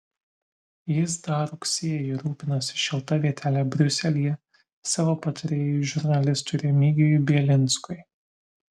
jis dar rugsėjį rūpinosi šilta vietele briuselyje savo patarėjui žurnalistui remigijui bielinskui